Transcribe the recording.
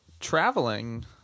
Traveling